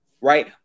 right